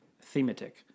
Thematic